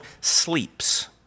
sleeps